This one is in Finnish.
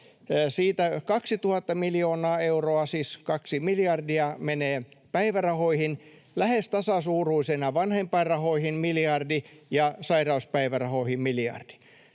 Siitä 2 000 miljoonaa euroa, siis kaksi miljardia, menee päivärahoihin, lähes tasasuuruisena vanhempainrahoihin miljardi ja sairauspäivärahoihin miljardi.